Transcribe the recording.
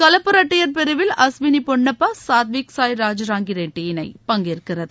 கலப்பு இரட்டையர் பிரிவில் அஸ்வினி பொன்னப்பா சாத்விக் சாய் ராஜ் ராங்கி ரெட்டி இணை பங்கேற்கிறது